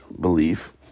belief